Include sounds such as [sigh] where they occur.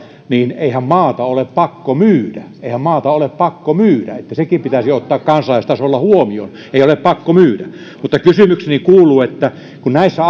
niin eihän maata ole pakko myydä eihän maata ole pakko myydä että sekin pitäisi ottaa kansalaistasolla huomioon ei ole pakko myydä kysymykseni kuuluu kun näissä [unintelligible]